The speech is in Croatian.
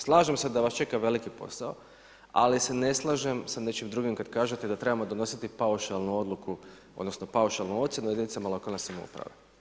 Slažem se da vas čeka veliki posao, ali se ne slažem sa nečim drugim kad kažete da trebamo donositi paušalnu odluku, odnosno paušalnu ocjenu jedinicama lokalne samouprave.